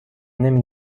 نمی